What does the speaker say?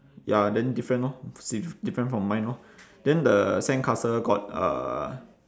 ya then different orh sa~ different from mine orh then the sandcastle got uh